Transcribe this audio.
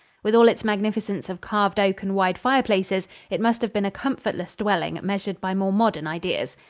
with all its magnificence of carved oak and wide fireplaces, it must have been a comfortless dwelling measured by more modern ideas.